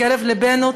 מקרב ליבנו,